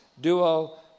duo